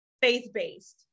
faith-based